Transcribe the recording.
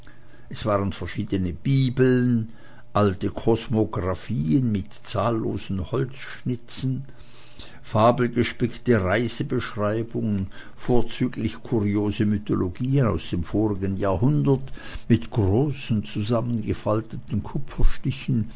es waren verschiedene bibeln alte kosmographien mit zahllosen holzschnitten fabelgespickte reisebeschreibungen vorzüglich kuriose mythologien aus dem vorigen jahrhundert mit großen zusammengefalteten kupferstichen